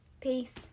Peace